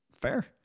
Fair